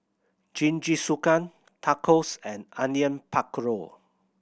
Jingisukan Tacos and Onion Pakora